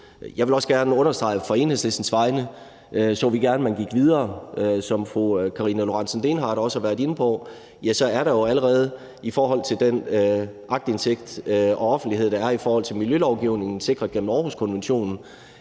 Jeg vil også gerne understrege, at fra Enhedslistens side så vi gerne, man gik videre, og som Karina Lorentzen Dehnhardt også har været inde på, er der allerede i forhold til den aktindsigt og offentlighed, der i forhold til miljølovgivningen er sikret gennem Århuskonventionen,